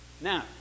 Now